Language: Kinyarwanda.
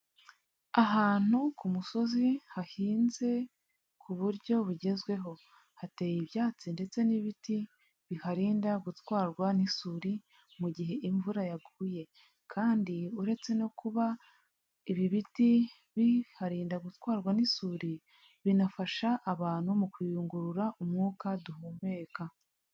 Ahantu ku musozi hahinze ku buryo bugezweho. Hateye ibyatsi ndetse n'ibiti bihanda gutwarwa n'isuri mu gihe imvura yaguye. Kandi uretse no kuba ibi biti biharinda gutwarwa n'isuri, binafasha abantu mu kuyungurura umwuka duhumeka.